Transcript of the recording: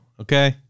Okay